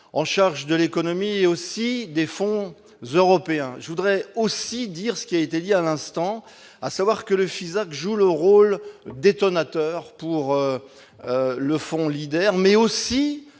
en charge de l'économie et aussi des fonds européens, je voudrais aussi dire ce qui a été dit à l'instant, à savoir que le Fisac joue le rôle détonateur pour le fond Leader mais aussi